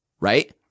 right